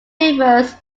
rivers